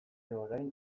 orain